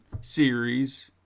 series